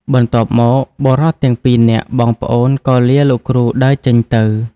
បន្ទាប់មក បុរសទាំងពីរនាក់បងប្អូនក៏លាលោកគ្រូដើរចេញទៅ។